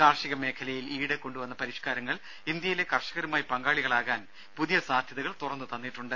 കാർഷിക മേഖലയിൽ ഈയിടെ കൊണ്ടുവന്ന പരിഷ്കാരങ്ങൾ ഇന്ത്യയിലെ കർഷകരുമായി പങ്കാളികളാകാൻ പുതിയ സാധ്യതകൾ തുറന്നു തന്നിട്ടുണ്ട്